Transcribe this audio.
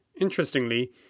Interestingly